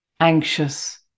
anxious